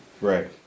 Right